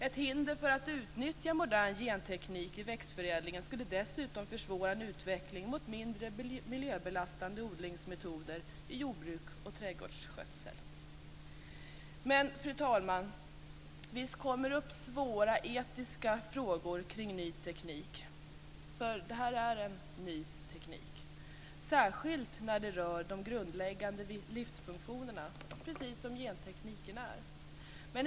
Ett hinder för att utnyttja modern genteknik i växtförädlingen skulle dessutom försvåra en utveckling mot mindre miljöbelastande odlingsmetoder i jordbruk och trädgårdsskötsel. Fru talman! Visst kommer det upp svåra etiska frågor kring ny teknik. Det här är en ny teknik, särskilt när det rör de grundläggande livsfunktionerna precis som gentekniken gör.